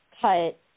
cut